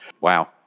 Wow